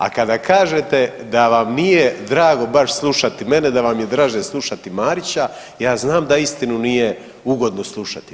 A kada kažete da vam nije drago baš slušati mene, da vam je draže slušati Marića ja znam da istinu nije ugodno slušati.